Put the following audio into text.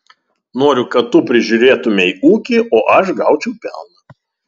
noriu kad tu prižiūrėtumei ūkį o aš gaučiau pelną